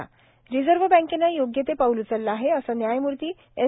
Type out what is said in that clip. हा रिजर्व्ह बँकेनं योग्य ते पाऊल उचललं आहे असं न्यायमूर्ती एस